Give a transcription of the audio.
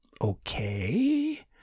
Okay